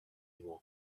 moi